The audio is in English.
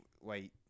wait